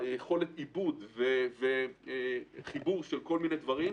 וליכולת העיבוד והחיבור של כל מיני דברים,